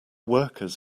workers